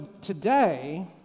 today